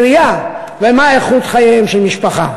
מהי איכות החיים בעירייה ומהי איכות חייה של משפחה.